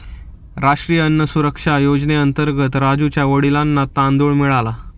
राष्ट्रीय अन्न सुरक्षा योजनेअंतर्गत राजुच्या वडिलांना तांदूळ मिळाला